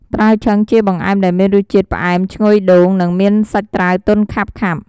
ត្រាវឆឹង ជាបង្អែមដែលមានរសជាតិផ្អែម ឈ្ងុយដូង និងមានសាច់ត្រាវទន់ខាប់ៗ។